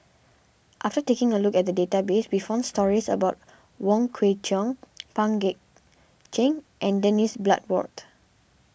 after taking a look at the database we found stories about Wong Kwei Cheong Pang Guek Cheng and Dennis Bloodworth